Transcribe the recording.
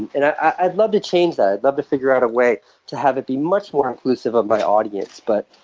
and i'd i'd love to change that. i'd love to figure out a way to have it be much more inclusive of my audience. but,